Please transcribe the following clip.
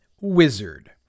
Wizard